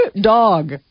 dog